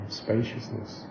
spaciousness